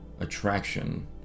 attraction